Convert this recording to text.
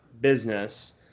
business